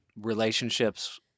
Relationships